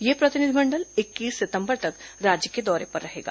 यह प्रतिनिधिमंडल इक्कीस सितंबर तक राज्य के दौरे पर रहेगा